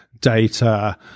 data